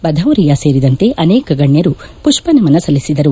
ಭದೌರಿಯಾ ಸೇರಿದಂತೆ ಅನೇಕ ಗಣ್ಯರು ಪುಷ್ಪನಮನ ಸಲ್ಲಿಸಿದರು